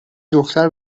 دختر